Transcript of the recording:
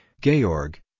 Georg